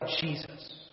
Jesus